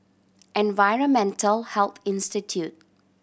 Environmental Health Institute